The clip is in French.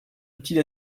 outils